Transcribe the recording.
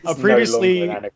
previously